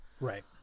Right